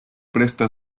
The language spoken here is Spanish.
presta